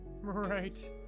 Right